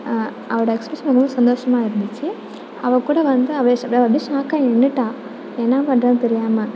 அவளோட எக்ஸ்பிரெஷன் ரொம்பவே சந்தோஷமாக இருந்துச்சு அவள் கூட வந்து அவளே சொல்றாள் வந்து ஷாக்காகி நின்றுட்டா என்ன பண்ணுறதுன் தெரியாமல்